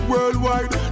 Worldwide